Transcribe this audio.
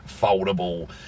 foldable